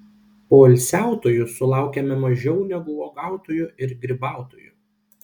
poilsiautojų sulaukiame mažiau negu uogautojų ir grybautojų